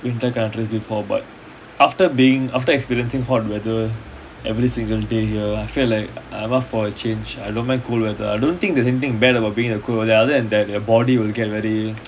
winter countries before but after being after experiencing hot weather every single day here I feel like I want for a change I don't mind cold weather I don't think there's anything bad about being in the cold other than your body will get very